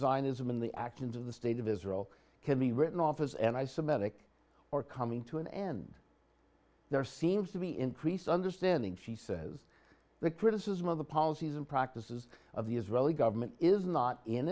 zionism in the actions of the state of israel can be written off as and i semitic are coming to an end there seems to be increased understanding she says the criticism of the policies and practices of the israeli government is not in